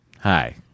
Hi